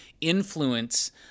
influence